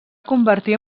convertir